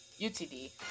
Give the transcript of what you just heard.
UTD